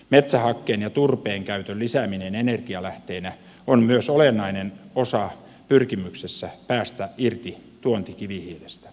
metsähakkeen ja turpeen käytön lisääminen energialähteenä on myös olennainen osa pyrkimyksessä päästä irti tuontikivihiilestä